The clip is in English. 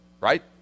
right